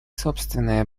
собственное